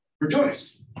rejoice